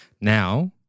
Now